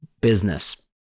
business